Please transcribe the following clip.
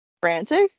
frantic